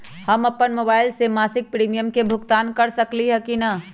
हम अपन मोबाइल से मासिक प्रीमियम के भुगतान कर सकली ह की न?